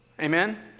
Amen